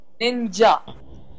Ninja